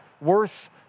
worth